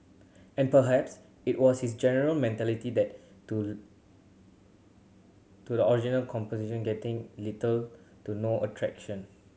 and perhaps it was his general mentality that to to the original composition getting little to no a traction